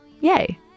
Yay